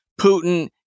Putin